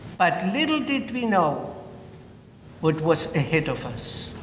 but little did we know what was ahead of us.